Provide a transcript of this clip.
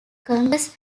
congress